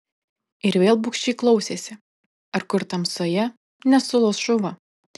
ir vėl bugščiai klausėsi ar kur tamsoje nesulos šuva